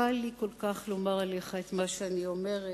קל לי כל כך לומר עליך את מה שאני אומרת,